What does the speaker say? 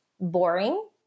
boring